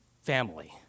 family